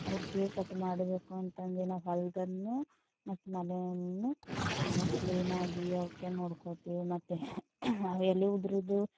ಅವಕ್ಕೆ ಹೇಗೆ ಕಟ್ ಮಾಡಬೇಕು ಅಂತಂದು ನಾವು ಹೊಲದಲ್ಲಿನೂ ಮತ್ತು ಮನೆಯಲ್ಲಿನೂ ತುಂಬ ಕ್ಲೀನಾಗಿ ಅವಕ್ಕೆ ನೋಡ್ಕೋತೀವಿ ಮತ್ತೆ ಎಲೆ ಉದುರೋದು